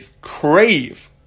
crave